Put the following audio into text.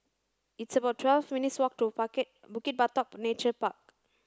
it's about twelve minutes walk to Bukit Batok Nature Park